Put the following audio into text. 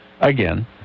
again